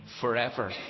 forever